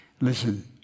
listen